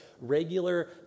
regular